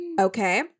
Okay